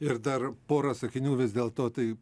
ir dar pora sakinių vis dėlto tai